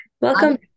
welcome